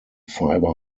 fiber